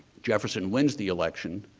jefferson wins the election.